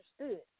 understood